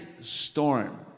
storm